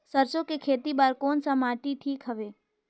सरसो के खेती बार कोन सा माटी ठीक हवे?